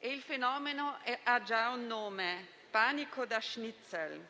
Il fenomeno ha già un nome: panico da *schnitzel*.